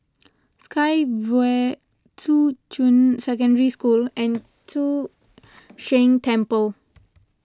Sky Vue Shuqun Secondary School and Chu Sheng Temple